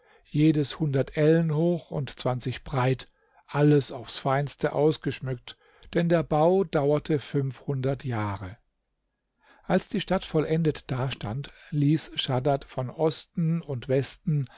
jedes hundert ellen hoch und zwanzig breit alles aufs feinste ausgeschmückt denn der bau dauerte fünfhundert jahre als die stadt vollendet dastand ließ schaddad von osten und westen